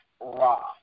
raw